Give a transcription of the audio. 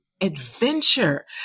adventure